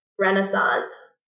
renaissance